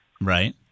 Right